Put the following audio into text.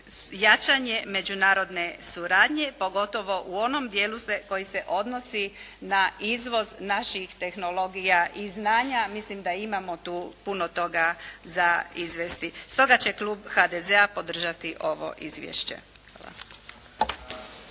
jačanje međunarodne suradnje pogotovo u onom dijelu koji se odnosi na izvoz naših tehnologija i znanja, mislim da imamo tu puno toga za izvesti. Stoga će klub HDZ-a podržati ovo izvješće.